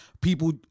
people